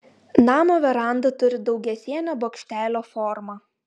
namo veranda turi daugiasienio bokštelio formą